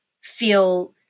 feel